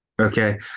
Okay